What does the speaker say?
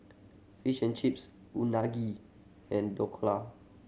Fish and Chips Unagi and Dhokla